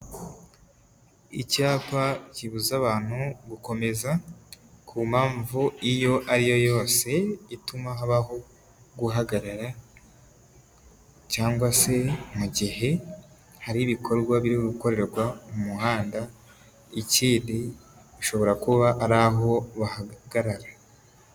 Icyapa kibuza abantu gukomeza ku mpamvu iyo ariyo yose ituma habaho guhagarara, cyangwa se mu gihe hari ibikorwa biri gukorerwa mu muhanda ikindi ishobora kuba ari aho bahagarara.